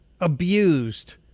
abused